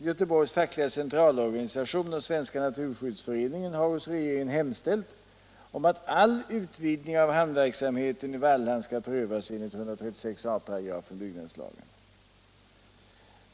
Göteborgs fackliga centralorganisation och Svenska naturskyddsföreningen har hos regeringen hemställt om att all utvidgning av hamnverksamheten i Wallhamn skall prövas enligt 136 a § byggnadslagen.